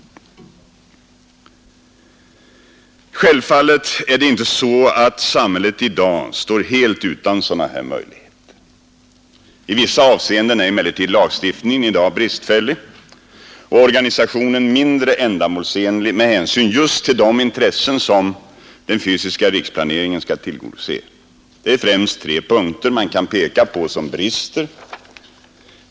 Självfallet står samhället i dag inte helt utan sådana möjligheter. I vissa avseenden är emellertid lagstiftningen i dag bristfällig och organisationen mindre ändamålsenlig med hänsyn just till de intressen som den fysiska riksplaneringen skall tillgodose. Det är främst tre punkter man kan peka på som brister.